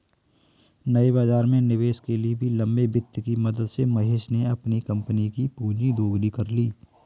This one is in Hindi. नए बाज़ार में निवेश के लिए भी लंबे वित्त की मदद से महेश ने अपनी कम्पनी कि पूँजी दोगुनी कर ली